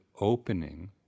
opening